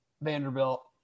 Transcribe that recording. Vanderbilt